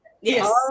Yes